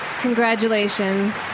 Congratulations